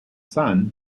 son